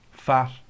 Fat